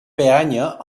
peanya